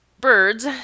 birds